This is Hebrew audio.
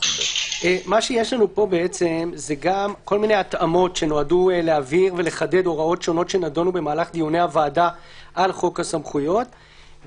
יש כרגע בפני ועדת חוקה בהם הוועדה כבר תדון.